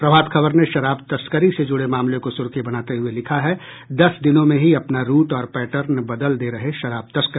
प्रभात खबर ने शराब तस्करी से जुड़े मामले को सुर्खी बनाते हुये लिखा है दस दिनों में ही अपना रूट और पैटर्न बदल दे रहे शराब तस्कर